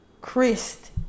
Christ